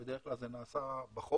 בדרך כלל זה נעשה בחוף.